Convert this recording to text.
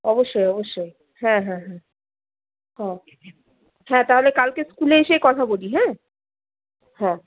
অবশ্যই অবশ্যই হ্যাঁ হ্যাঁ হ্যাঁ ওকে হ্যাঁ তাহলে কালকে স্কুলে এসেই কথা বলি হ্যাঁ হ্যাঁ